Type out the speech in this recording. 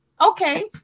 okay